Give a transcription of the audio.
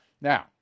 Now